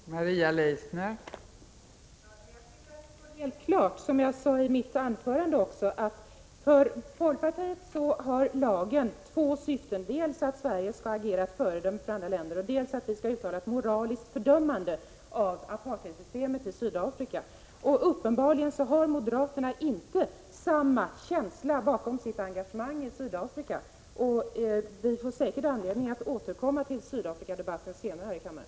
Fru talman! Jag tycker det står helt klart, som jag också sade i mitt anförande, att lagen för folkpartiet har två syften, dels att Sverige skall agera som ett föredöme för andra länder, dels att vi skall uttala ett moraliskt fördömande av apartheidsystemet i Sydafrika. Uppenbarligen har moderaterna inte samma känsla bakom sitt engagemang i förhållandena i Sydafrika. Vi får säkert anledning att här i kammaren senare återkomma till debatten om Sydafrika.